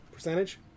Percentage